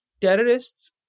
terrorists